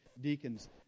deacons